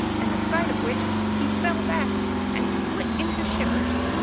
and the sight of which he fell back and split into shivers.